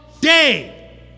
day